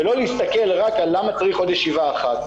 ולא להסתכל רק על למה צריך עוד ישיבה אחת.